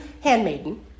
handmaiden